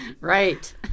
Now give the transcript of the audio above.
Right